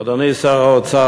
אדוני שר האוצר,